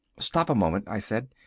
stop a moment, i said.